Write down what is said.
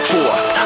Fourth